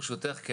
ברשותך,